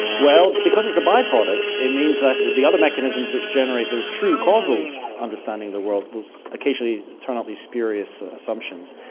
well, because it's a bi-product, it means that the the other mechanisms which generate their true causal understanding of the world will occasionally turn up these spurious assumptions.